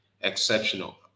exceptional